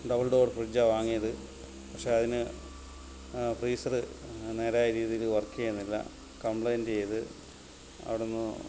double door ഫ്രിഡ്ജാ വാങ്ങിയത് പക്ഷേ അതിന് ഫ്രീസറ് നേരായ രീതിയിൽ വർക്ക് ചെയ്യുന്നില്ല കംപ്ലെയ്ൻന്റ ചെയ്ത് അവിടന്ന്